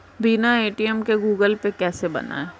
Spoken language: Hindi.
बिना ए.टी.एम के गूगल पे कैसे बनायें?